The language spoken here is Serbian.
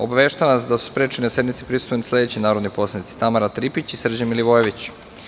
Obaveštavam vas da su sprečeni da sednici prisustvuju sledeći narodni poslanici: Tamara Tripić i Srđan Milivojević.